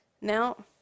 Now